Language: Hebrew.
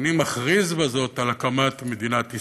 אני מכריז בזאת על הקמת מדינת ישראל.